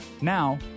Now